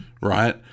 Right